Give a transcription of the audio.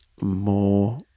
More